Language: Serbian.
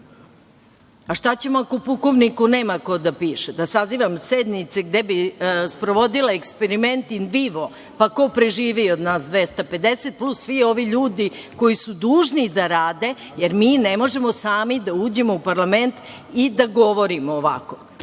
Šta ćemo ako pukovniku nema ko da piše? Da sazivam sednice gde bi sprovodila eksperiment in vivo, pa ko proživi od nas 250 plus svi ovi ljudi koji su dužni da rade, jer mi ne možemo sami da uđemo u parlament i da govorimo ovako,